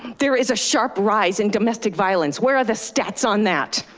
there is a sharp rise in domestic violence. where are the stats on that?